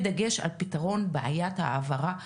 בדגש על פתרון בעיית ההעברה הבנקאית,